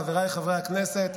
חבריי חברי הכנסת,